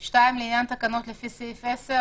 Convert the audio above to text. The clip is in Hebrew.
"(2) לעניין תקנות לפי סעיפים 10,